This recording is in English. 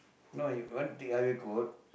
no if you want to take highway code